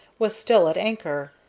was still at anchor,